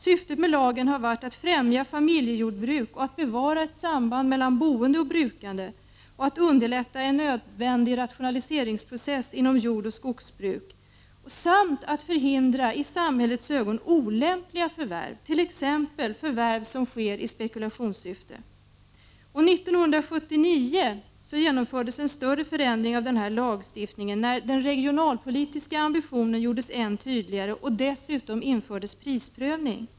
Syftet med lagen har varit att främja familjejordbruk och att bevara ett samband mellan boende och brukande, att underlätta en nödvändig rationaliseringsprocess inom jordoch skogsbruk samt att förhindra i samhällets ögon olämpliga förvärv, t.ex. förvärv som sker i spekulationssyfte. År 1979 skedde en större förändring av den här lagstiftningen, då den regionalpolitiska ambitionen gjordes än tydligare. Dessutom infördes en prisprövning.